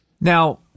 now